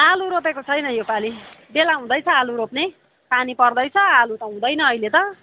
आलु रोपेको छैन यो पाली बेला हुँदैछ आलु रोप्ने पानी पर्दैछ आलु त हुँदैन अहिले त